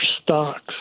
stocks